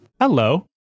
hello